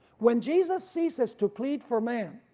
when jesus ceases to plead for man,